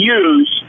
use